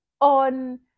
on